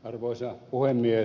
arvoisa puhemies